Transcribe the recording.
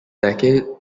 decade